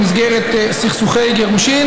במסגרת סכסוכי גירושין,